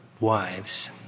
wives